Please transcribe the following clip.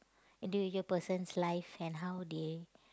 individual person's life and how they